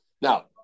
Now